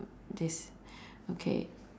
this okay